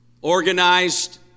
organized